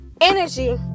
energy